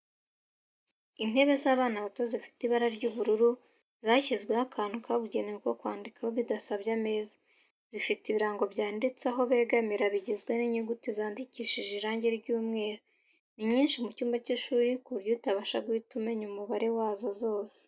Intebe z'abana bato zifite ibara ry'ubururu, zashyizweho akantu kabugenewe ko kwandikiraho bidasabye ameza, zifite ibirango byanditse aho begamira bigizwe n'inyunguti zandikishije irangi ry'umweru, ni nyinshi mu cyumba cy'ishuri ku buryo utabasha guhita umenya umubare wazo zose.